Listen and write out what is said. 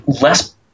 less